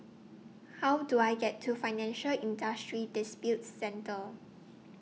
How Do I get to Financial Industry Disputes Center